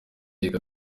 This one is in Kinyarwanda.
tegeko